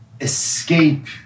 escape